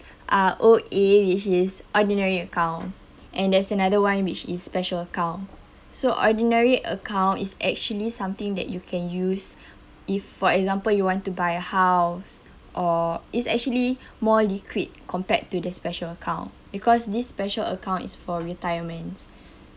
uh O_A which is ordinary account and there's another one which is special account so ordinary account is actually something that you can use if for example you want to buy a house or it's actually more liquid compared to the special account because this special account is for retirement